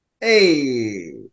Hey